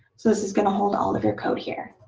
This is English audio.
so this is going to hold all of your code here.